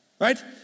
right